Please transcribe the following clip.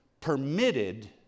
permitted